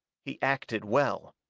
he acted well.